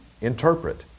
interpret